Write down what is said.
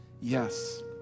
yes